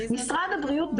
משרד הבריאות,